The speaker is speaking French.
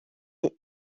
est